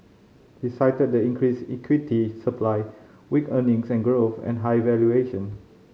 he cited the increased equity supply weak earnings and growth and high valuation